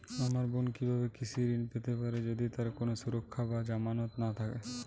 আমার বোন কীভাবে কৃষি ঋণ পেতে পারে যদি তার কোনো সুরক্ষা বা জামানত না থাকে?